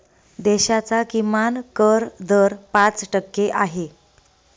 देशाचा किमान कर दर पाच टक्के आहे